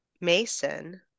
mason